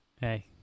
Hey